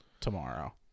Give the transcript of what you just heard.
tomorrow